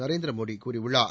நரேந்திர மோடி கூறியுள்ளார்